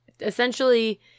essentially